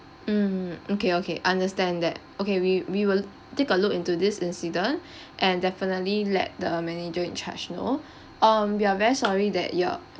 mmhmm mm K okay understand that okay we we will take a look into this incident and definitely let the manager in charge know um we are very sorry that your